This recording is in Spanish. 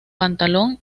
pantalón